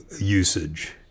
usage